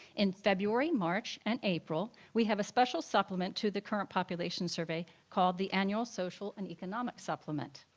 in february, march, and april, we have a special supplement to the current population survey called the annual social and economic supplement.